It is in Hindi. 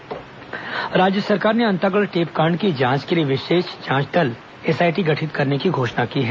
अंतागढ़ टेपकांड एसआईटी राज्य सरकार ने अंतागढ़ टेपकांड की जांच के लिए विशेष जांच दल एसआईटी गठित करने घोषणा की है